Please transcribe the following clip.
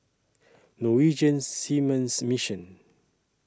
Norwegian Seamen's Mission